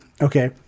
Okay